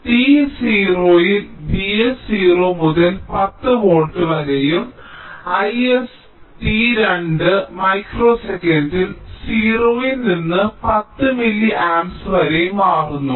t 0 ൽ Vs 0 മുതൽ 10 volt വരെയും I s t 2 മൈക്രോ സെക്കൻഡിൽ 0 ൽ നിന്ന് 10 മില്ലി ആംപ്സ് വരെയും മാറുന്നു